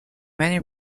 many